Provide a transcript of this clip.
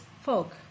folk